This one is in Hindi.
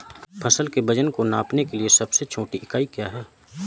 फसल के वजन को नापने के लिए सबसे छोटी इकाई क्या है?